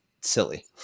silly